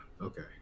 okay